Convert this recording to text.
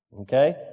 Okay